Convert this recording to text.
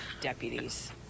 deputies